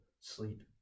sleep